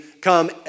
come